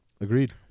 Agreed